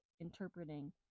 interpreting